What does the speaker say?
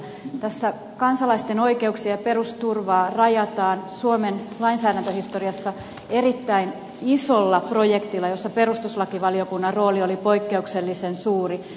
tässä kansalaisten oikeuksia ja perusturvaa rajataan suomen lainsäädäntöhistoriassa erittäin isolla projektilla jossa perustuslakivaliokunnan rooli oli poikkeuksellisen suuri